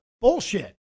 Bullshit